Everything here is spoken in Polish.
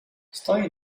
stoi